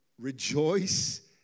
rejoice